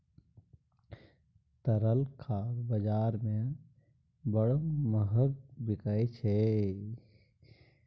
तरल खाद बजार मे बड़ महग बिकाय छै